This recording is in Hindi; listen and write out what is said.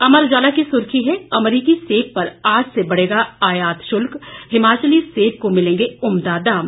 अमर उजाला की सुर्खी है अमेरिकी सेब पर आज से बढ़ेगा आयात शुल्क हिमाचली सेब को मिलेंगे उम्दा दाम